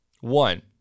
One